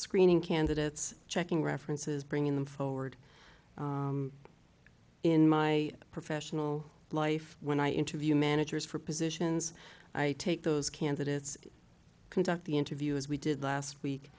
screening candidates checking references bringing them forward in my professional life when i interview managers for positions i take those candidates conduct the interview as we did last week